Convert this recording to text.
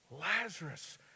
Lazarus